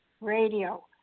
radio